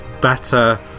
better